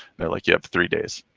they're like, you have three days.